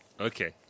okay